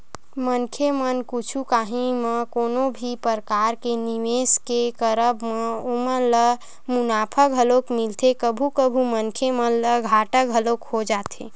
मनखे मन कुछु काही म कोनो भी परकार के निवेस के करब म ओमन ल मुनाफा घलोक मिलथे कभू कभू मनखे मन ल घाटा घलोक हो जाथे